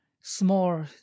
small